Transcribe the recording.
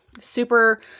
super